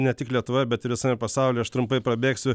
ne tik lietuvoje bet ir visame pasauly aš trumpai prabėgsiu